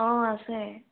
অ' আছে